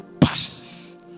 passions